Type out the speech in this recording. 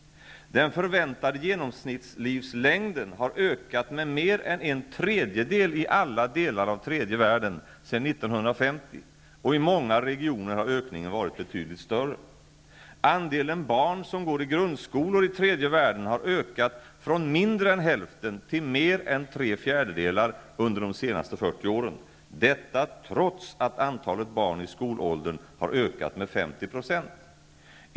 Den förväntade genomsnittslivslängden har ökat med mer än en tredjedel i alla delar av tredje världen sedan 1950, och i många regioner har ökningen varit betydligt större. Andelen barn som går i grundskolor i tredje världen har ökat från mindre än hälften till mer än tre fjärdedelar under de senaste 40 åren; detta trots att antalet barn i skolåldern har ökat med 50 %.